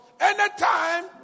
anytime